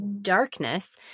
darkness